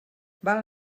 val